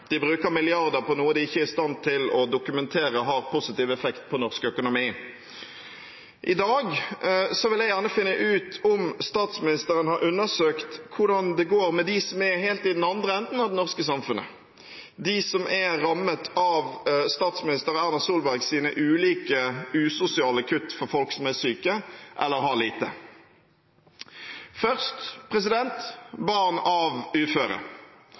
de bruker milliarder på noe de ikke er i stand til å dokumentere har positiv effekt på norsk økonomi. I dag vil jeg gjerne finne ut om statsministeren har undersøkt hvordan det går med dem som er helt i andre enden av det norske samfunnet, de som er rammet av statsminister Erna Solbergs ulike usosiale kutt for folk som er syke eller har lite. Først til barn av uføre: